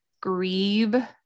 grieve